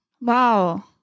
wow